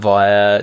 Via